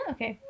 Okay